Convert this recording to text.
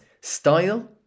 style